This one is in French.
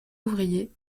ouvriers